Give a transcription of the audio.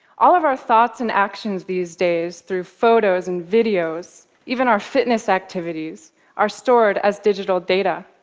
all of our thoughts and actions these days, through photos and videos even our fitness activities are stored as digital data.